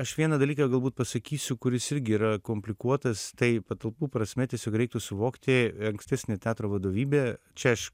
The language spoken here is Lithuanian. aš vieną dalyką galbūt pasakysiu kuris irgi yra komplikuotas tai patalpų prasme tiesiog reiktų suvokti ankstesnė teatro vadovybė čia aš